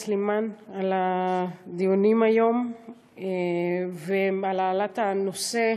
סלימאן על הדיונים היום ועל העלאת הנושא,